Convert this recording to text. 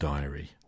Diary